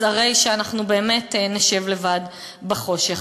הרי אנחנו באמת נשב לבד בחושך.